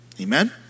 Amen